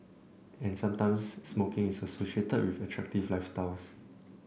and sometimes smoking is associated with attractive lifestyles